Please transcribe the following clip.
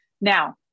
Now